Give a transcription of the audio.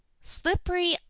Slippery